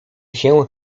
się